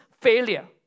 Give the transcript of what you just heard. failure